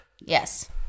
Yes